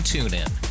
TuneIn